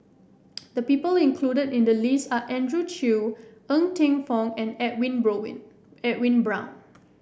the people included in the list are Andrew Chew Ng Teng Fong and Edwin Edwin Brown